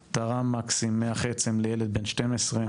נעל״ה, מחרקוב שבאוקראינה בהיותו בן 15,